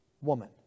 woman